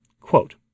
quote